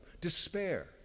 despair